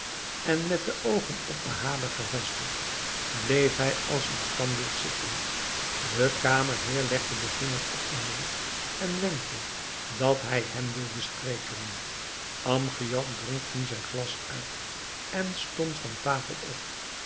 en met de oogen op bahader gevestigd bleef hij als een standbeeld zitten de kamerheer legde den vinger op den mond en wenkte dat hij hem wilde spreken amgiad dronk nu zijn glas uit en stond van tafel op